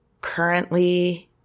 currently